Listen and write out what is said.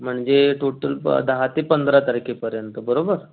म्हणजे टोटल ब दहा ते पंधरा तारखेपर्यंत बरोबर